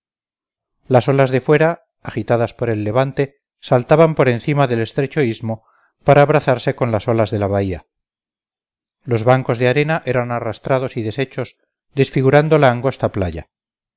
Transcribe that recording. las olas de fuera agitadas por el levante saltaban por encima del estrecho istmo para abrazarse con las olas de la bahía los bancos de arena eran arrastrados y deshechos desfigurando la angosta playa